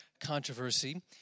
controversy